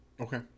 Okay